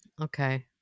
Okay